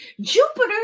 Jupiter